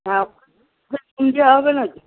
হ্যাঁ হবে নাকি